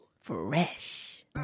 Fresh